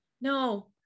No